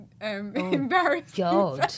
Embarrassing